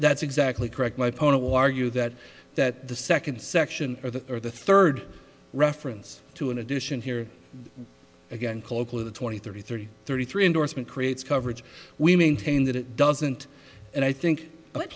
that's exactly correct my point toward you that that the second section or the or the third reference to an addition here again cloak with a twenty thirty thirty thirty three endorsement creates coverage we maintain that it doesn't and i think what